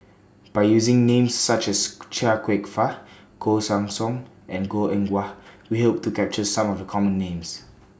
By using Names such as Chia Kwek Fah Koh Guan Song and Goh Eng Wah We Hope to capture Some of The Common Names